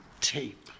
tape